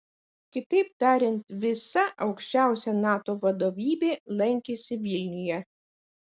kitaip tariant visa aukščiausia nato vadovybė lankėsi vilniuje